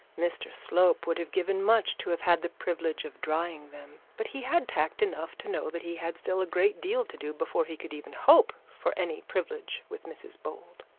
mr slope would have given much to have had the privilege of drying them but he had tact enough to know that he had still a great deal to do before he could even hope for any privilege with mrs bold.